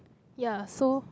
ya so